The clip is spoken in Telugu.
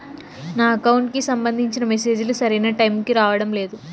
నా అకౌంట్ కు సంబంధించిన మెసేజ్ లు సరైన టైము కి రావడం లేదు